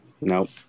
Nope